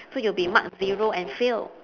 so you'll be marked zero and fail